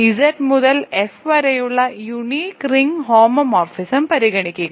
Z മുതൽ F വരെയുള്ള unique ring homomorphism പരിഗണിക്കുക